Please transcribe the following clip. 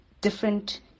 different